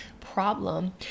problem